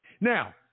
Now